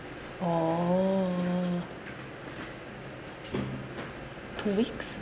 orh two weeks